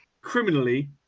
criminally